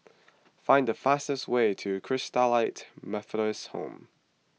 find the fastest way to Christalite Methodist Home